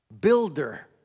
builder